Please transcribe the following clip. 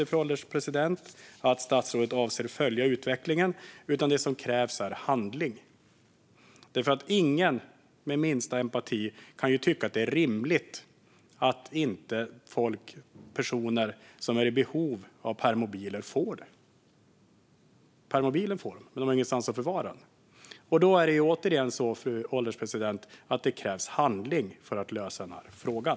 Det hjälper inte att statsrådet avser att följa utvecklingen, fru ålderspresident, utan det som krävs är handling. Ingen med minsta empati kan tycka att det är rimligt att personer som är i behov av permobil inte får det. Permobilen får de, men de har ingenstans att förvara den. Återigen, fru ålderspresident: Det krävs handling för att lösa den här frågan.